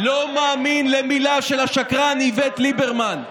לא מאמין למילה של השקרן איווט ליברמן.